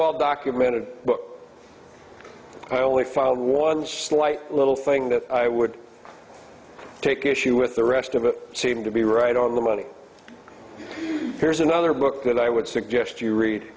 well documented book i only found one slight little thing that i would take issue with the rest of it seem to be right on the money here's another book that i would suggest you read